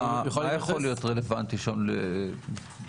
מה יכול להיות רלבנטי שם לסוד?